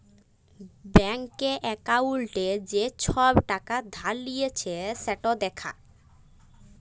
ব্যাংকে একাউল্টে যে ছব টাকা ধার লিঁয়েছে সেট দ্যাখা